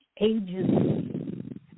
agency